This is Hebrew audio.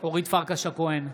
אורית פרקש הכהן,